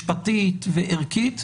משפטית וערכית,